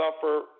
suffer